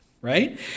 Right